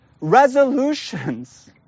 resolutions